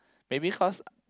maybe cause